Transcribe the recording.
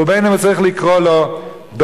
ובין שהוא צריך לקרוא לו "דוס".